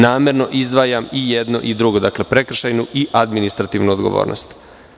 Namerno izdvajam i jedno i drugo, prekršajnu i administrativnu odgovornost.